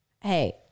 Hey